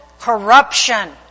corruption